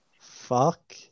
fuck